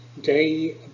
day